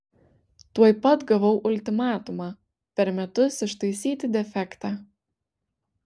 tuoj pat gavau ultimatumą per metus ištaisyti defektą